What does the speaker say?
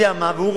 והוא רוצה,